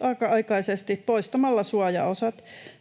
osa-aikaisesti poistamalla suojaosat.